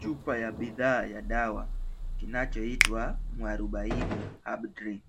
Chupa ya bidhaa ya dawa kinachoitwa mwarobaini drink .